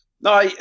No